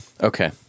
Okay